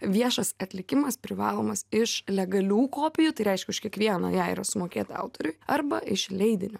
viešas atlikimas privalomas iš legalių kopijų tai reiškia už kiekvieną jai yra sumokėta autoriui arba iš leidinio